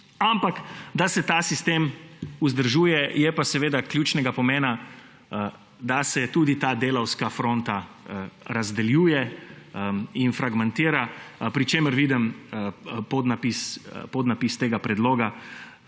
Ampak da se ta sistem vzdržuje, je pa ključnega pomena, da se tudi ta delavska fronta razdeljuje in fragmantira, pri čemer vidim podnapis tega predloga,